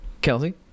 kelsey